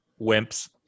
wimps